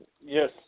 Yes